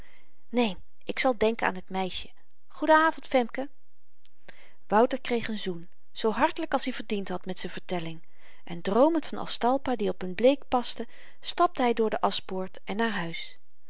neen ik zal denken aan t meisje goeden avend femke wouter kreeg een zoen zoo hartelyk als i verdiend had met z'n vertelling en droomend van aztalpa die op n bleek paste stapte hy door de aschpoort en naar huis